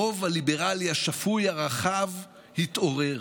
הרוב הליברלי השפוי הרחב התעורר.